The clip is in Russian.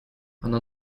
она